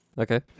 Okay